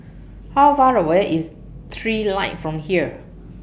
How Far away IS Trilight from here